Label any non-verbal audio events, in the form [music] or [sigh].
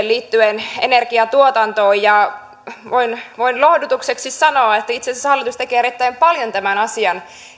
[unintelligible] liittyen energiatuotantoon voin voin lohdutukseksi sanoa että itse asiassa hallitus tekee erittäin paljon tämän asian